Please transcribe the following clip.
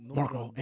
Marco